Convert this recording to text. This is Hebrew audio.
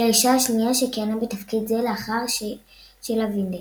היא האישה השנייה שכיהנה בתפקיד זה לאחר שילה וידנל.